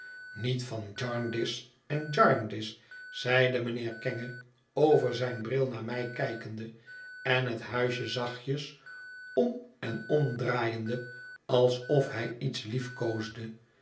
niet van jarndyce en jarndyce zeide mijnheer kenge over zijn bril naar mij kijkende en het huisje zachtjes om en omdraaiende alsof hij iets